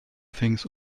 things